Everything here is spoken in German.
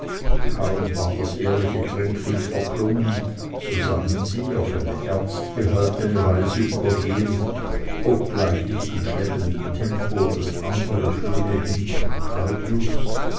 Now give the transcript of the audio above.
kaum war das ehrliche trinklied verklungen so sangen sie auf eine ernst gehaltene weise übergehend obgleich nicht in schleppendem tempo das andere schöne lied von claudius